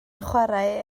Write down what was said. chwarae